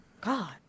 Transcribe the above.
God